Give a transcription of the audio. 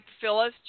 Phyllis